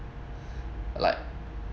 like